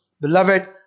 Beloved